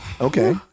Okay